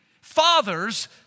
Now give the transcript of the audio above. fathers